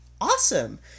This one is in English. Awesome